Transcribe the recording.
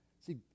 See